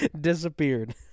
disappeared